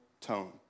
tone